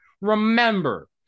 Remember